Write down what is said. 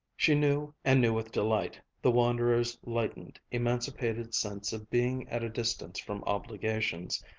she knew, and knew with delight, the wanderer's lightened, emancipated sense of being at a distance from obligations,